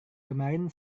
kemarin